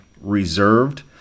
reserved